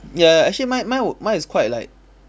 ya actually mine mine mine is quite like